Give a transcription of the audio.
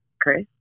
Chris